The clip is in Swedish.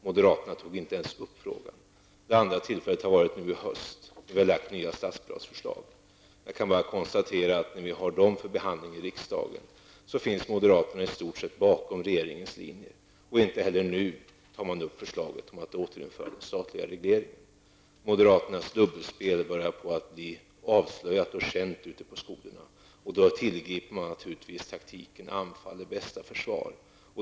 Moderaterna tog då inte ens upp frågan. Det andra tillfället var i höst när vi lade fram nya statsplansförslag. Jag kan bara konstatera att när de behandlades i riksdagen, stod moderaterna i stort sett bakom regeringens linje. Man tar inte heller nu upp förslaget om att återinföra den statliga regleringen. Moderaternas dubbelspel börjar bli avslöjat och känt ute på skolorna. Man tillgriper då naturligtvis taktiken anfall är bästa försvar.